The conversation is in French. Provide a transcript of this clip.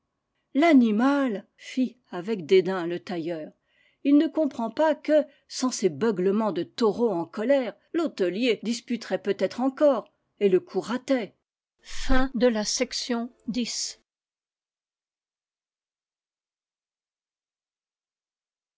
l'animal fit avec dédain le tailleur il ne comprend pas que sans ses beuglements de taureau en colère l'hôte lier disputerait peut-être encore et le coup ratait